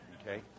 Okay